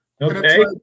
okay